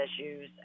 issues